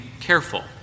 careful